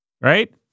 right